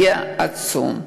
יהיה עצום.